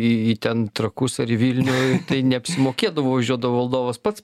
į ten trakus ar į vilnių tai neapsimokėdavo važiuodavo valdovas pats